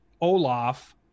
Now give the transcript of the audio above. Olaf